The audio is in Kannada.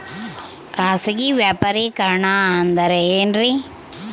ಖಾಸಗಿ ವ್ಯಾಪಾರಿಕರಣ ಅಂದರೆ ಏನ್ರಿ?